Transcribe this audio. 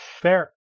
Fair